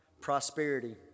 prosperity